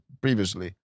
previously